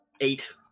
eight